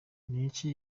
iki